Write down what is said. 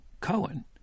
Cohen